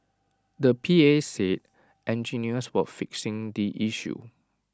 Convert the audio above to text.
the P A said engineers were fixing the issue